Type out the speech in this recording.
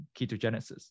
ketogenesis